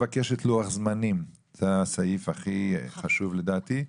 זה הסעיף הכי חשוב, לדעתי: